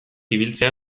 ibiltzea